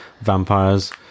vampires